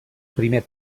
primer